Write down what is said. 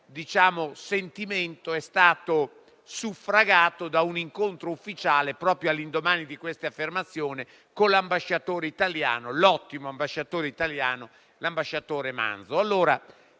questo sentimento è stato suffragato da un incontro ufficiale - proprio all'indomani di quell'affermazione - con l'ottimo ambasciatore italiano Manzo.